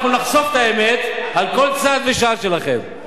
אנחנו נחשוף את האמת על כל צעד ושעל שלכם.